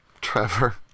Trevor